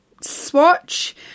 swatch